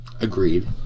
Agreed